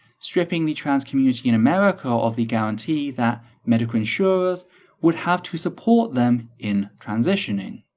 stripping the trans community in america of the guarantee that medical insurers would have to support them in transitioning.